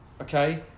Okay